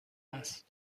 است